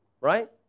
right